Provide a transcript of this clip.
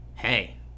Hey